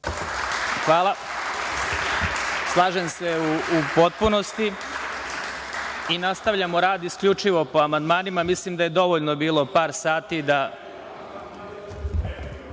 Hvala. Slažem se u potpunosti. Nastavljamo rad isključivo po amandmanima. Mislim da je dovoljno bilo par sati…(Boško